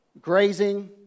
grazing